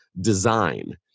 design